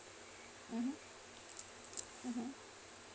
mmhmm mmhmm